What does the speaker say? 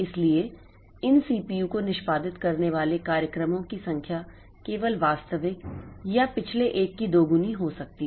इसलिए इन CPU को निष्पादित करने वाले कार्यक्रमों की संख्या केवल वास्तविक या पिछले एक की दोगुनी हो सकती है